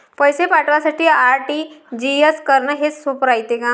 पैसे पाठवासाठी आर.टी.जी.एस करन हेच सोप रायते का?